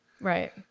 Right